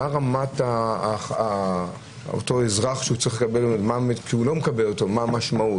מה רמת אותו אזרח שלא מקבל, מה המשמעות?